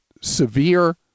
severe